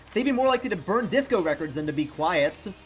they'd be more likely to burn disco records than to be quiet!